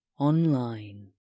online